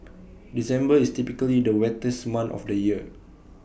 December is typically the wettest month of the year